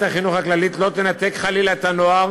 החינוך הכללית לא תנתק חלילה את הנוער